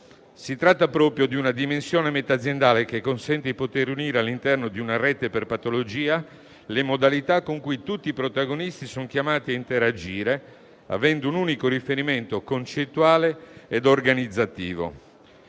Si tratta di una dimensione meta-aziendale che consente di poter unire, all'interno di una rete per patologia, le modalità con cui tutti i protagonisti sono chiamati a interagire, avendo un unico riferimento concettuale ed organizzativo.